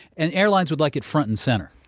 and airlines would like it front and center.